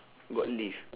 got lift